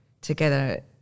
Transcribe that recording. together